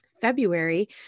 February